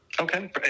Okay